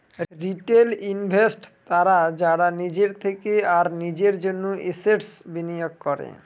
retail investors তারা যারা নিজের থেকে আর নিজের জন্য এসেটস বিনিয়োগ করে